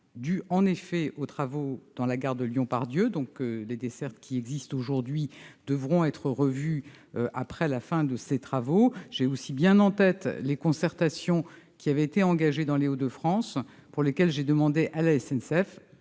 en effet, à des travaux dans la gare de Lyon-Part-Dieu. Les dessertes qui existent aujourd'hui devront être revues après la fin de ces travaux. J'ai également en tête les concertations qui avaient été engagées dans Les Hauts-de-France. J'ai d'ailleurs demandé à la SNCF